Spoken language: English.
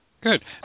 Good